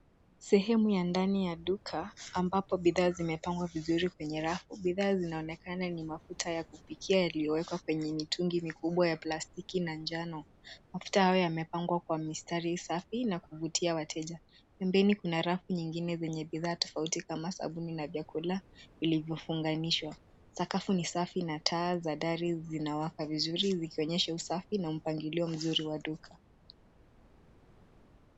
Sehemu ya ndani ya duka ambapo bidhaa zimepangwa vizuri kwenye rafu. Bidhaa zinaonekana ni mafuta ya kupikia yaliyowekwa kwenye mitungi mikubwa ya plastiki na njano. Mafuta haya yamepangwa kwa mistari safi na kuvutia wateja. Pembeni kuna rafu nyingine yenye bidhaa tofauti kama sabuni na vyakula vilivyofunganishwa. Sakafu ni safi na taa za dari zinawaka vizuri, zikionyesha usafi na mpangilio mzuri wa duka.